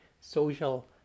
social